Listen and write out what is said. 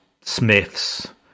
Smith's